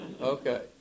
Okay